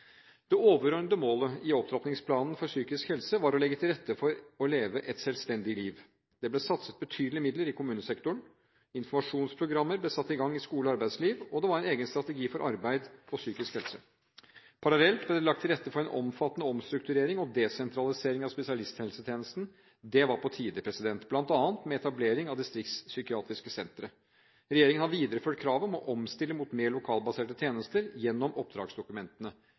Det overordnede målet i Opptrappingsplanen for psykisk helse var å legge til rette for å leve et selvstendig liv. Det ble satset betydelige midler i kommunesektoren. Informasjonsprogrammer ble satt i gang i skole og arbeidsliv, og det var en egen strategi for arbeid og psykisk helse. Parallelt ble det lagt til rette for en omfattende omstrukturering og desentralisering av spesialisthelsetjenesten – det var på tide – bl.a. med etablering av distriktspsykiatriske sentre. Regjeringen har videreført kravet om å omstille mot mer lokalbaserte tjenester gjennom oppdragsdokumentene.